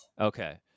Okay